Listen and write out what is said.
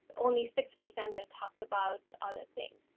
only six percent that talked about other things.